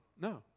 no